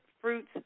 Fruits